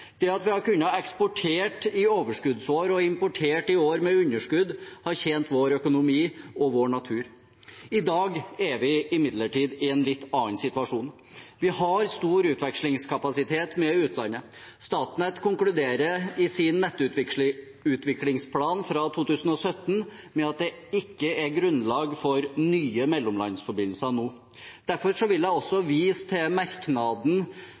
Det at vi har kunnet eksportere i overskuddsår og importere i år med underskudd, har tjent vår økonomi og vår natur. I dag er vi imidlertid i en litt annen situasjon. Vi har stor utvekslingskapasitet med utlandet. Statnett konkluderer i sin nettutviklingsplan fra 2017 med at det ikke er grunnlag for nye mellomlandsforbindelser nå. Derfor vil jeg også vise til merknaden